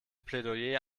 plädoyer